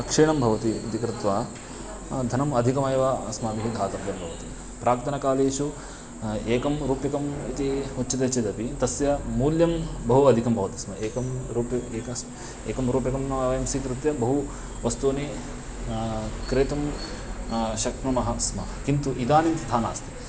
क्षीणं भवति इति कृत्वा धनम् अधिकमेव अस्माभिः दातव्यं भवति प्राक्तनकालेषु एकं रूप्यकम् इति उच्यते चेदपि तस्य मूल्यं बहु अधिकं भवति स्म एकं रुपि एकम् एकं रूप्यकं वयं स्वीकृत्य बहूनि वस्तूनि क्रेतुं शक्नुमः स्म किन्तु इदानीं तथा नास्ति